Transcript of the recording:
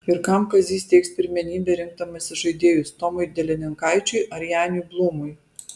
ir kam kazys teiks pirmenybę rinkdamasis žaidėjus tomui delininkaičiui ar janiui blūmui